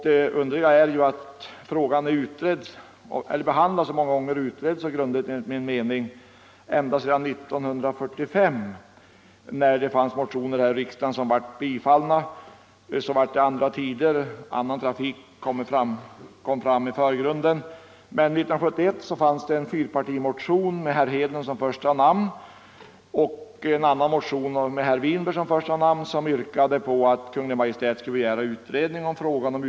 Det underliga är att frågan är behandlad och utredd så många gånger ända sedan 1945, när motioner i saken bifölls av riksdagen — sedan blev det andra tider, annan trafik kom i förgrunden. Men 1971 väcktes en fyrpartimotion av herr Hedlund m.fl. och en annan motion av herr Winberg m.fl., i vilka yrkades att riksdagen hos Kungl. Maj:t skulle begära utredning om ostkustbanan.